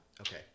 Okay